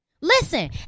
Listen